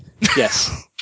yes